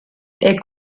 est